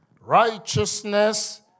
righteousness